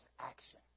action